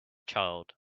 child